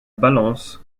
balance